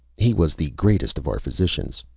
he was the greatest of our physicians.